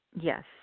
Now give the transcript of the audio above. yes